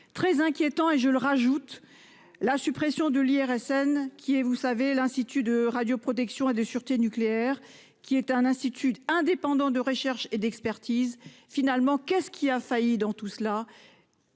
très inquiétant et je le rajoute. La suppression de l'IRSN, qui est vous savez, l'institut de radioprotection et de sûreté nucléaire, qui est un institut indépendant de recherche et d'expertise finalement qu'est-ce qui a failli dans tout cela.